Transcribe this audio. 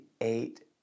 eight